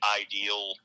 ideal